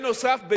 נוסף על כך,